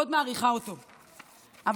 מעריכה אותו מאוד,